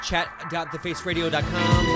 chat.thefaceradio.com